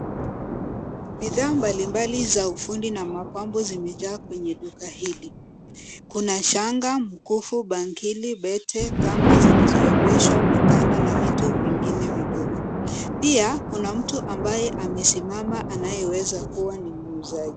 Bidhaa mbalimbali za ufundi na mapambo zimejaa kwenye duka hili. Kuna shanga, mkufu, bangili, pete, kamba zilizorembeshwa , mikanda na vitu vingine vidogo. Pia kuna mtu ambaye amesimama anayeweza kuwa muuzaji.